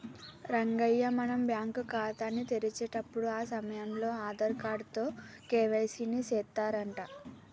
రంగయ్య మనం బ్యాంకు ఖాతాని తెరిచేటప్పుడు ఆ సమయంలో ఆధార్ కార్డు తో కే.వై.సి ని సెత్తారంట